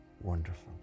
wonderful